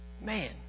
Man